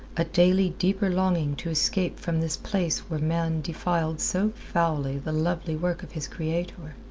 a daily deeper longing to escape from this place where man defiled so foully the lovely work of his creator.